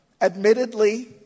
admittedly